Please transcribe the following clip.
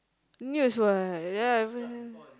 muse what that one